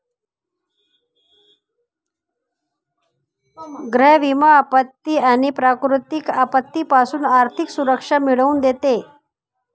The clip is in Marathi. गृह विमा आपत्ती आणि प्राकृतिक आपत्तीपासून आर्थिक सुरक्षा मिळवून देते